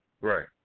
Right